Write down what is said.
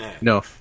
No